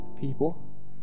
people